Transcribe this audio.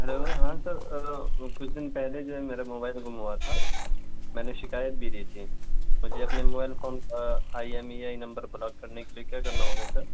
hello ہاں sir کچھ دِن پہلے جو ہے میرا موبائل گُم ہوا تھا میں نے شکایت بھی دی تھی مجھے اپنے موبائل فون کا I M E I number block کرنے کے لیے کیا کرنا ہوگا سر